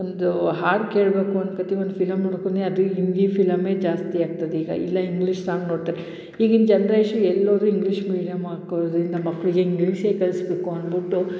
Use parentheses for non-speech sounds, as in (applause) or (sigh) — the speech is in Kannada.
ಒಂದು ಹಾಡು ಕೇಳಬೇಕು ಅನ್ಕತೀವಿ ಒಂದು ಫಿಲಮ್ ನೋಡುಕ್ಕೂ ಅದು ಹಿಂದಿ ಫಿಲಮೇ ಜಾಸ್ತಿ ಆಗ್ತದೆ ಈಗ ಇಲ್ಲ ಇಂಗ್ಲಿಷ್ ಸಾಂಗ್ ನೋಡ್ತಾರೆ ಈಗಿನ ಜನ್ರೇಷನ್ ಎಲ್ಲೋದರೂ ಇಂಗ್ಲಿಷ್ ಮೀಡ್ಯಮ್ (unintelligible) ಮಕ್ಳಿಗೆ ಇಂಗ್ಲಿಷೇ ಕಲಿಸ್ಬೇಕು ಅನ್ಬಿಟ್ಟು